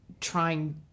trying